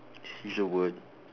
use a word